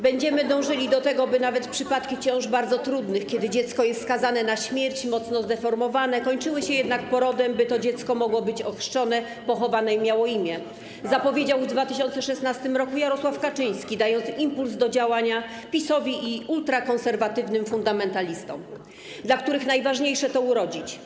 Będziemy dążyli do tego, by nawet przypadki ciąż bardzo trudnych, kiedy dziecko jest skazane na śmierć i mocno zdeformowane, kończyły się jednak porodem, by to dziecko mogło być ochrzczone, pochowane i miało imię” - zapowiedział w 2016 r. Jarosław Kaczyński, dając impuls do działania PiS-owi i ultrakonserwatywnym fundamentalistom, dla których najważniejsze to urodzić.